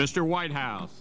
mr white house